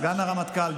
סגן הרמטכ"ל,